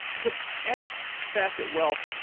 so at facet wealth,